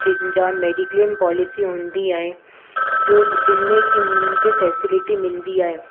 जंहिंजा mediclaim policy हूंदी आहे जो जिनमें कि उन्हनि खे फैसिलिटी मिलंदी आहे